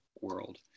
world